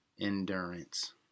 endurance